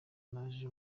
naje